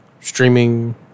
streaming